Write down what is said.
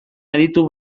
aditu